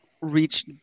reach